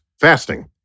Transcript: fasting